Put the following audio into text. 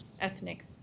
ethnic